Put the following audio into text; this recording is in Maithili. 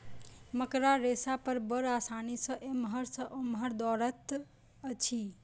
मकड़ा रेशा पर बड़ आसानी सॅ एमहर सॅ ओमहर दौड़ैत अछि